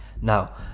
Now